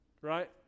Right